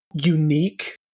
unique